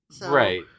Right